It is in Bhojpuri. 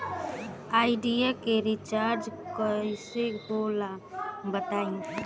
आइडिया के रिचार्ज कइसे होला बताई?